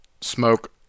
smoke